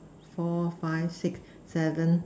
four five six seven